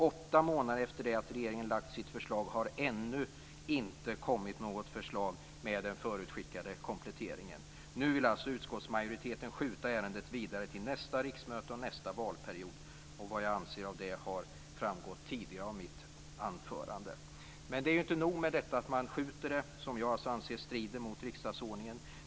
Åtta månader efter det att regeringen lagt fram sitt förslag har det ännu inte kommit något förslag med den förutskickade kompletteringen. Nu vill alltså utskottsmajoriteten skjuta ärendet vidare till nästa riksmöte och nästa valperiod. Vad jag anser om det har framgått tidigare av mitt anförande. Men det är inte nog med detta att man skjuter upp det och att jag anser att det strider mot riksdagsordningen.